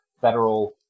federal